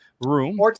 room